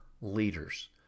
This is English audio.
leaders